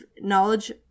knowledge